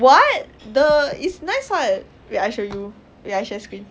what the it's nice ah wait I show you wait I share screen